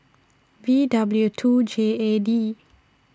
V W two J A D